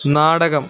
നാടകം